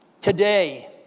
Today